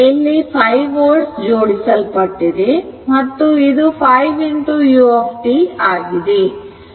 ಇಲ್ಲಿ 5 volt ಜೋಡಿಸಲ್ಪಟ್ಟಿದೆ ಮತ್ತು ಇದು 5 u ಆಗಿದೆ